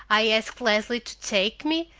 i asked leslie to take me.